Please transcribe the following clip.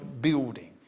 building